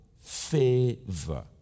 favor